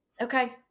Okay